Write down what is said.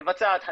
מבצעת חקירות,